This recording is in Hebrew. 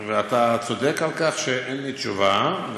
ואתה צודק על כך שאין לי תשובה.